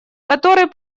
который